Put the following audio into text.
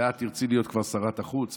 ואת כבר תרצי להיות שרת החוץ,